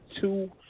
Two